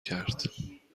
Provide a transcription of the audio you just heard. کرد